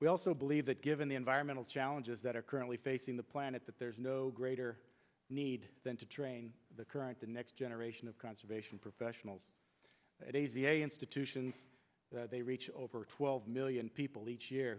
we also believe that given the environmental challenges that are currently facing the planet that there's no greater need than to train the current the next generation of conservation professionals at a z a institutions they reach over twelve million people each year